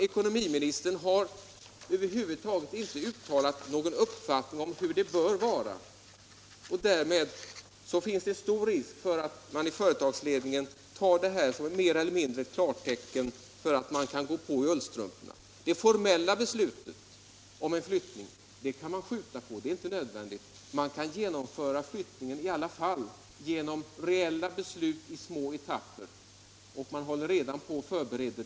Han har över huvud taget inte uttalat någon uppfattning om hur det bör vara. Är det då inte stor risk att företagsledningen mer eller mindre uppfattar detta som ett klartecken för att gå på i ullstrumporna? Det formella beslutet om en flyttning kan man skjuta på — man kan utan det genomföra flyttningen genom att ta reella beslut i små etapper. Ett sådant förfaringssätt håller man f.ö.